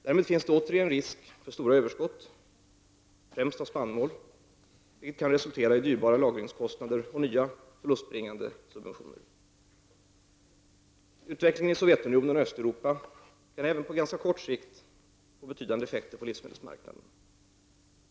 Därmed finns det återigen risk för stora överskott, främst av spannmål, vilket kan resultera i dyrbara lagringskostnader och nya förlustbringande subventioner. Utvecklingen i Sovjetunionen och Östeuropa kan även på ganska kort sikt få betydande effekter på livsmedelsmarknaden.